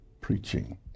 preaching